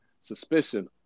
suspicion